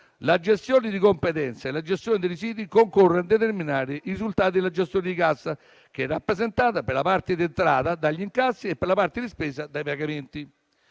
La gestione di competenza e la gestione dei residui concorre a determinare i risultati della gestione di cassa, che è rappresentata per la parte di entrata, dagli incassi e, per la parte di spesa, dai pagamenti.